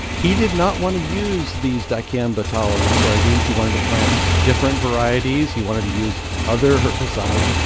he did not want to use these dicamba-tolerant soybeans. he wanted to plant different varieties. he wanted to use other herbicides.